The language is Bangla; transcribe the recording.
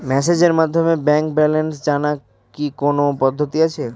মেসেজের মাধ্যমে ব্যাংকের ব্যালেন্স জানার কি কোন পদ্ধতি আছে?